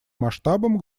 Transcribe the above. масштабам